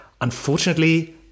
unfortunately